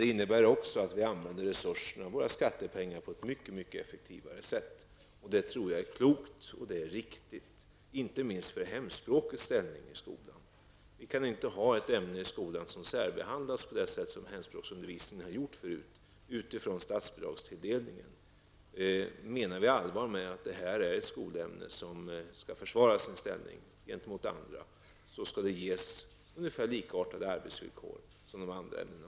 Det innebär också att vi använder resurserna, våra skattepengar, på ett mycket effektivare sätt. Det tror jag är klokt och riktigt, inte minst för hemspråksundervisningens ställning i skolan. Vi kan inte med utgångspunkt i statsbidragstilldelningen ha ett ämne i skolan som särbehandlas på det sätt som tidigare skett med hemspråksundervisningen. Om vi menar allvar med att detta är ett skolämne som skall försvara sin ställning gentemot andra, skall det ha ungefär samma arbetsvillkor som andra ämnen.